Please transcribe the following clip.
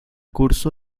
curso